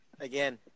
again